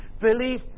believe